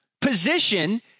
position